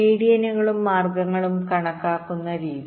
മീഡിയനുകളും മാർഗ്ഗങ്ങളും കണക്കാക്കുന്ന രീതി